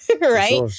right